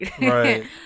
Right